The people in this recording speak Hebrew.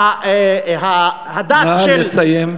נא לסיים.